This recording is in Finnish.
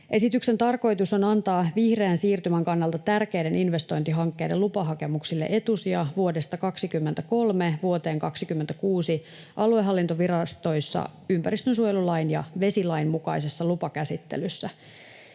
Esityksen tarkoitus on antaa vihreän siirtymän kannalta tärkeiden investointihankkeiden lupahakemuksille etusija vuodesta 23 vuoteen 26 aluehallintovirastoissa ympäristönsuojelulain ja vesilain mukaisessa lupakäsittelyssä.